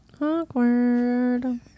awkward